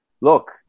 look